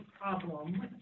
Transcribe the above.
problem